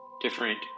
different